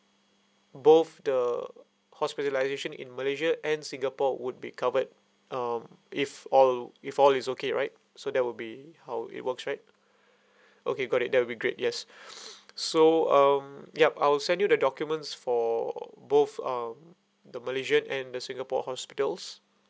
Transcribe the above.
both the hospitalisation in malaysia and singapore would be covered um if all if all is okay right so that will be how it works right okay got it that'll be great yes so um yup I'll send you the documents for both um the malaysian and the singapore hospitals